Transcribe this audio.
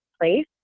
place